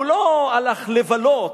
הוא לא הלך לבלות,